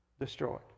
destroyed